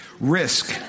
Risk